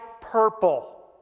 purple